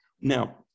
Now